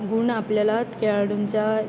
गुण आपल्याला खेळाडूंच्या